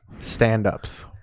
stand-ups